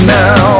now